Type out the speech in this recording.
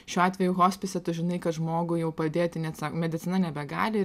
šiuo atveju hospise tu žinai kad žmogui jau padėti net medicina nebegali